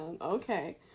Okay